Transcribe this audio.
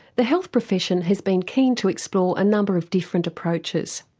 the health profession has been keen to explore a number of different approaches.